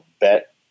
bet